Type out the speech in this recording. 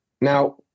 Now